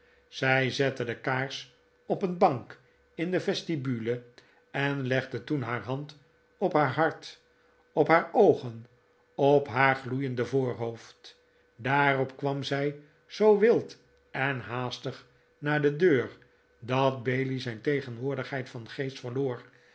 zij zette de kaars op een bank in de vestibule en legde toen haar hand op haar hart op haar oogen op haar gloeiende voorhoofd daarop kwam zij zoo wild en haastig naar de deur dat bailey zijn tegenwoordigheid van geest verloor